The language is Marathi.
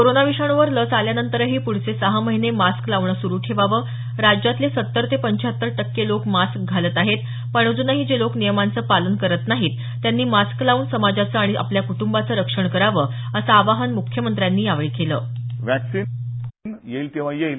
कोरोना विषाणूवर लस आल्यानंतरही पुढचे सहा महिने मास्क लावणं सुरू ठेवावं राज्यातले सत्तर ते पंच्च्याहत्तर टक्के लोक मास्क घालत आहेत पण अजूनही जे लोक नियमांचं पालन करत नाहीत त्यांनी मास्क लावून समाजाचं आणि आपल्या कूटंबाचं रक्षण करावं असं आवाहन मुख्यमंत्र्यांनी यावेळी केलं वॅक्सीन येईल तेंव्हा येईल